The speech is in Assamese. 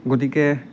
গতিকে